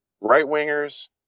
Right-wingers